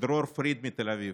ודרור פריד מתל אביב.